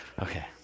Okay